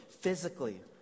physically